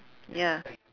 ya